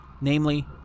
namely